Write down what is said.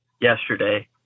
yesterday